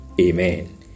Amen